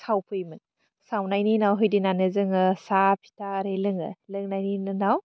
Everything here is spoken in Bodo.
सावफैयोमोन सावनायनि उनाव हैदिनानो जोङो साहा फिथा आरि लोङो लोंनायनि उनाव